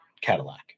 cadillac